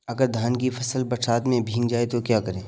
अगर धान की फसल बरसात में भीग जाए तो क्या करें?